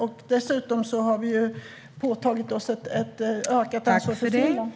Vi har dessutom påtagit oss ett ökat ansvar för Finland.